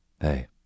Hey